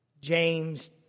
James